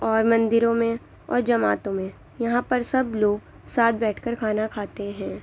اور مندروں میں اور جماعتوں میں یہاں پر سب لوگ ساتھ بیٹھ کر کھانا کھاتے ہیں